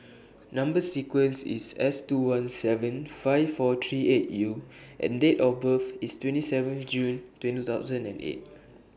Number sequence IS S two one seven five four three eight U and Date of birth IS twenty seven June two thousand and eight